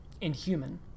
Inhuman